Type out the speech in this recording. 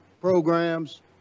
programs